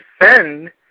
defend